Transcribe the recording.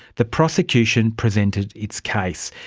the prosecution presented its case.